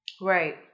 Right